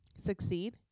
succeed